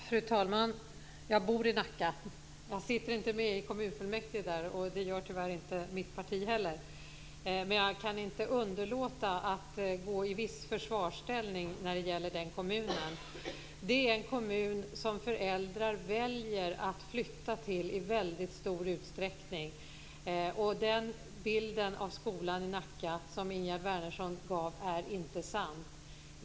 Fru talman! Jag bor i Nacka. Jag sitter inte med i kommunfullmäktige där och inte heller mitt parti finns representerat där. Men jag kan inte underlåta att gå i försvarsställning när det gäller den kommunen. Det är en kommun som föräldrar i väldigt stor utsträckning väljer att flytta till. Den bild av skolan i Nacka som Ingegerd Wärnersson gav är inte sann.